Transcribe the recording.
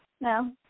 no